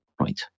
Right